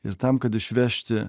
ir tam kad išvežti